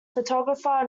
photographer